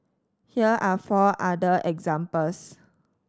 here are four other examples